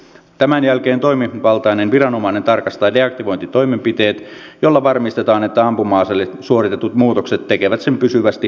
tämän jälkeen toimivaltainen viranomainen tarkastaa deaktivointitoimenpiteet millä varmistetaan että ampuma aseelle suoritetut muutokset tekevät sen pysyvästi ampumakelvottomaksi